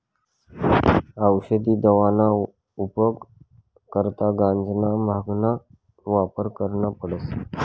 औसदी दवाना उपेग करता गांजाना, भांगना वापर करना पडस